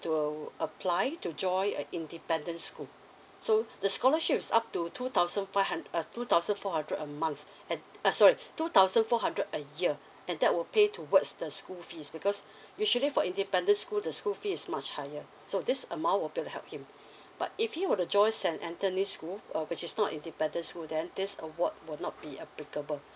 to apply to join a independent school so the scholarships up to two thousand five hun~ uh two thousand four hundred a month and uh sorry two thousand four hundred a year and that will pay towards the school fees because usually for independent school the school fee is much higher so this amount will be able to help you but if he were to join saint anthony school uh which is not independent school then this award will not be applicable